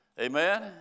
Amen